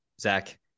Zach